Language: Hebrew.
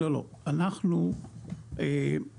לא, כדי שבוא